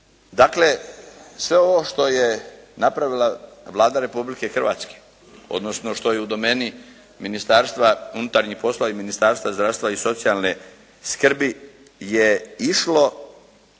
Dakle sve ovo što je napravila Vlada Republike Hrvatske, odnosno što je u domeni Ministarstva unutarnjih poslova i Ministarstva zdravstva i socijalne skrbi je išlo